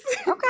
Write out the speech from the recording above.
okay